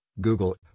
Google